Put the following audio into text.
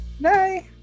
Bye